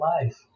life